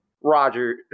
Roger